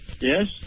Yes